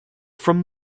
from